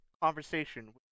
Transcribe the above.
conversation